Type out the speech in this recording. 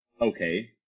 okay